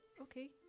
Okay